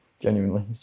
genuinely